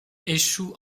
échoue